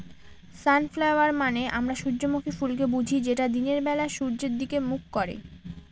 sunflower মানে আমরা সূর্যমুখী ফুলকে বুঝি যেটা দিনের বেলা সূর্যের দিকে মুখ করে